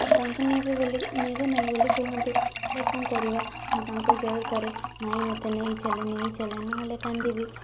ତାଙ୍କୁ ନେବେ ବୋଲି ନେବେ ନାହିଁ ବୋଲି କୁହନ୍ତି ହେଲେ କ'ଣ କରିବା ମୁଁ ତାଙ୍କ ଜୋର କରେ ନାହିଁ ମୋତେ ନେଇ ଚାଲେ ନେଇ ଚାଲେ ନହେଲେ କାନ୍ଦିବି